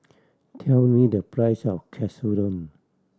tell me the price of Katsudon